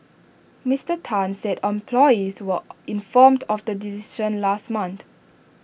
Mister Tan said employees were informed of the decision last month